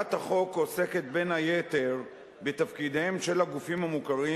הצעת החוק עוסקת בין היתר בתפקידיהם של הגופים המוכרים